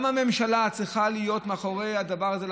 גם הממשלה צריכה לעמוד מאחורי הדבר הזה.